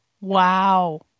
Wow